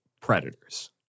predators